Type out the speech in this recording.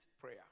prayer